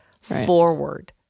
forward